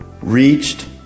reached